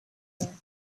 air